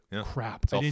crap